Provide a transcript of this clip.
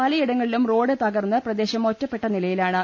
പലയിടങ്ങളിലും റോഡ് തകർന്ന് പ്രദേശം ഒറ്റപ്പെട്ട നിലയിലാ ണ്